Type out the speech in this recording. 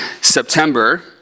September